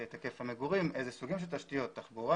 את היקף המגורים, איזה סוגים של תשתיות, תחבורה,